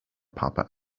papa